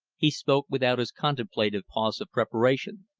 he spoke without his contemplative pause of preparation.